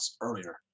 earlier